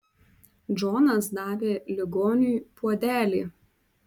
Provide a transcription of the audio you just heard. džonas davė ligoniui puodelį